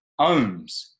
ohms